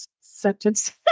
sentence